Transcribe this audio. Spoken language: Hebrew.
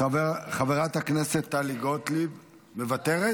חברת הכנסת טלי גוטליב, מוותרת?